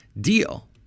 deal